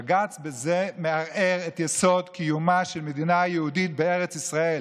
בג"ץ מערער בזה את יסוד קיומה של מדינה יהודית בארץ ישראל.